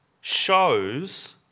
shows